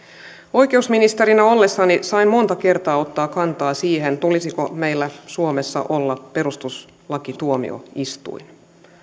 oikeusministerinä ollessani sain monta kertaa ottaa kantaa siihen tulisiko meillä suomessa olla perustuslakituomioistuin